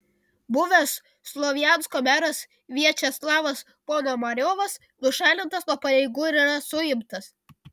buvęs slovjansko meras viačeslavas ponomariovas nušalintas nuo pareigų ir yra suimtas